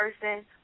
person